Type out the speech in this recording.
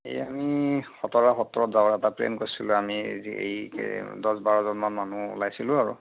এই আমি খটৰা সত্ৰত যাওঁ তাতে গৈছিলোঁ আমি এই দহ বাৰজনমান মানুহ ওলাইছিলোঁ আৰু